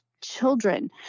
children